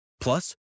Plus